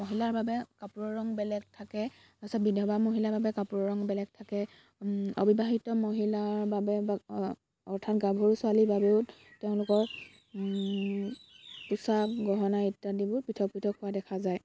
মহিলাৰ বাবে কাপোৰ ৰং বেলেগ থাকে তাৰ পিছত বিধৱা মহিলাৰ বাবে কাপোৰৰ ৰং বেলেগ থাকে অবিবাহিত মহিলাৰ বাবে বা অৰ্থাৎ গাভৰু ছোৱালীৰ বাবেও তেওঁলোকৰ পোচাক গহনা ইত্যাদিবোৰ পৃথক পৃথক হোৱা দেখা যায়